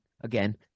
again